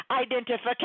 identification